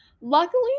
Luckily